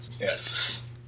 Yes